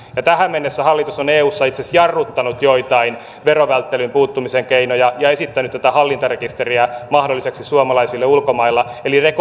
tähän mennessä hallitus on eussa itse asiassa jarruttanut joitain verovälttelyyn puuttumisen keinoja ja esittänyt tätä hallintarekisteriä mahdolliseksi suomalaisille ulkomaille rekordi ei ole kauhean hyvä